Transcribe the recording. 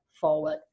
forward